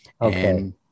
okay